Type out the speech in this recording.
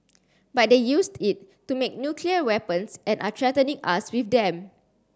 but they used it to make nuclear weapons and are threatening us with them